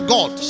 God